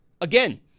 Again